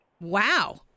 Wow